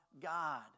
God